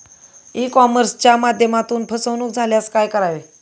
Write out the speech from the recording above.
E कॉमर्सच्या माध्यमातून फसवणूक झाल्यास काय करावे?